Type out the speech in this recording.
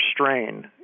strain